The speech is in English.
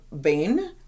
Bain